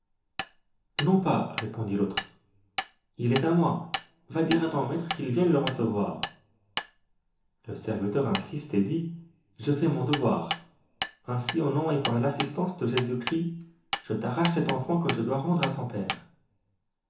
non pas répondit l'autre il est à moi va dire à ton maître qu'il vienne le recevoir le serviteur insiste et dit je fais mon devoir ainsi au nom et par l'assistance de jésus-christ je t'arrache cet enfant que je dois rendre à son père